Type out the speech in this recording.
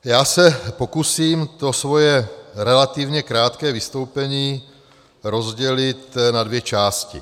Já se pokusím to svoje relativně krátké vystoupení rozdělit na dvě části.